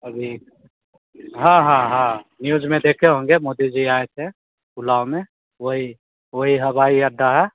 अभी हाँ हाँ हाँ न्यूज़ में देखे होंगे मोदी जी आए थे पुलाव में वही वही हवाई अड्डा है